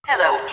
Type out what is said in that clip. Hello